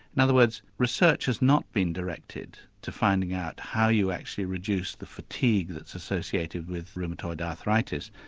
in other words research has not been directed to finding out how you actually reduce the fatigue that's associated with rheumatoid arthritis.